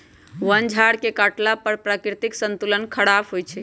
वन झार के काटला पर प्राकृतिक संतुलन ख़राप होइ छइ